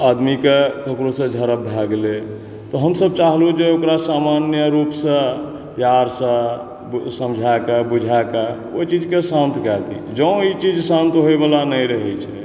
आदमीके ककरोसऽ झड़प भए गेलै तऽ हम सब चाहलौं जे ओकरा सामान्य रूपसऽ प्यारसऽ समझाएकऽ बुझाएकऽ ओइ चीजके शान्त कए दी जँ ई चीज शान्त होइवला नइँ रहै छै